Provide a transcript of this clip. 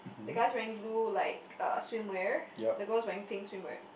the guy is wearing blue like uh swimwear the girl is wearing pink swimwear